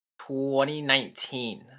2019